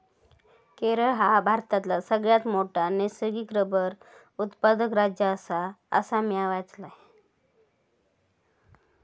केरळ ह्या भारतातला सगळ्यात मोठा नैसर्गिक रबर उत्पादक राज्य आसा, असा म्या वाचलंय